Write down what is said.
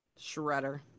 shredder